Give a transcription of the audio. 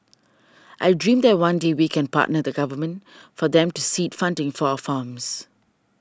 I dream that one day we can partner the Government for them to seed funding for our farms